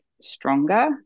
stronger